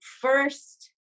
first